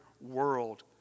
world